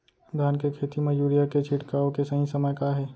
धान के खेती मा यूरिया के छिड़काओ के सही समय का हे?